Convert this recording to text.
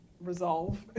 resolve